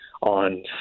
on